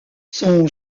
son